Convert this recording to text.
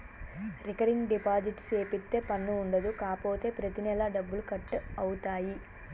recurring deposit సేపిత్తే పన్ను ఉండదు కాపోతే ప్రతి నెలా డబ్బులు కట్ అవుతాయి